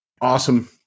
awesome